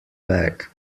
bag